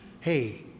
Hey